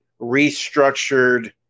restructured